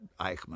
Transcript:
Eichmann